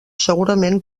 segurament